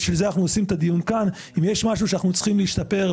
בשביל זה אנחנו עושים את הדיון כאן ואם יש משהו שאנחנו צריכים להשתפר,